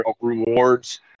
rewards